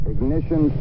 Ignition